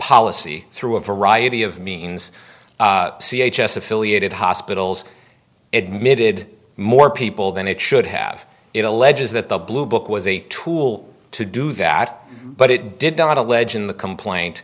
policy through a variety of means c h s affiliated hospitals admitted more people than it should have it alleges that the blue book was a tool to do that but it did not allege in the complaint